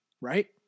right